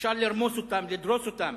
אפשר לרמוס אותם, לדרוס אותם.